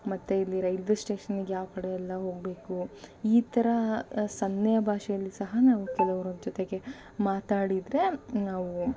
ಮತ್ತೆ ಇಲ್ಲಿ ರೈಲ್ವೆ ಸ್ಟೇಷನ್ನಿಗೆ ಯಾವ ಕಡೆ ಎಲ್ಲ ಹೋಗ್ಬೇಕು ಈ ಥರ ಸನ್ನೆಯ ಭಾಷೆಯಲ್ಲಿ ಸಹ ನಾವು ಕೆಲವರ ಜೊತೆಗೆ ಮಾತಾಡಿದರೆ ನಾವು